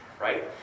Right